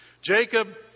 Jacob